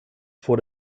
vor